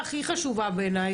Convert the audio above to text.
זו הוועדה הכי חשובה בעיני,